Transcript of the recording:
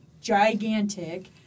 gigantic